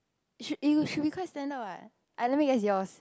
it should it should be quite standard what I let me guess yours